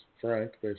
Frank